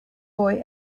boy